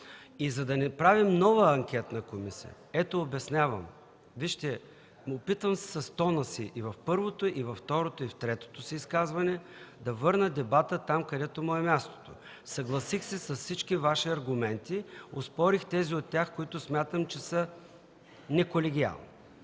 И за да не се прави нова анкетна комисия, ето – обяснявам. Вижте, опитвам се с тона си и в първото, и във второто, и в третото си изказване да върна дебата там, където му е мястото. Съгласих се с всички Ваши аргументи. Оспорих тези от тях, които смятам, че са неколегиални.